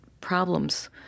problems